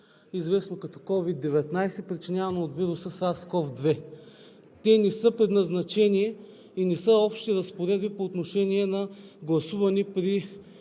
известно като COVID-19, причинявано от вируса SARS-CoV-2. Те не са предназначени и не са общи разпоредби по отношение на гласуване при